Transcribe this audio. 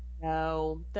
No